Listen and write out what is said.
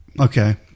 Okay